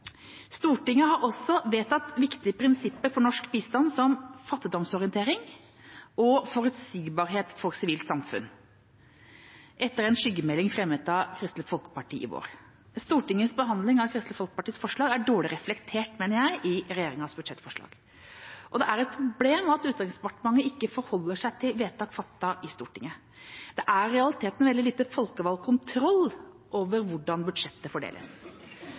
Stortinget har også vedtatt viktige prinsipper for norsk bistand, som fattigdomsorientering og forutsigbarhet for sivilt samfunn, etter en skyggemelding fremmet av Kristelig Folkeparti i vår. Jeg mener at Stortingets behandling av Kristelig Folkepartis forslag er dårlig reflektert, i regjeringas budsjettforslag, og det er et problem at Utenriksdepartementet ikke forholder seg til vedtak fattet i Stortinget. Det er i realiteten veldig lite folkevalgt kontroll over hvordan budsjettet fordeles.